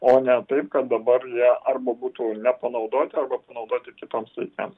o ne taip kad dabar jie arba būtų nepanaudoti arba panaudoti kitoms reokmėms